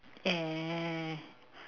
and